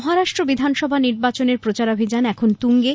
মহারাষ্ট্র বিধানসভা নির্বাচনের প্রচারাভিযান এখন তুঙ্গে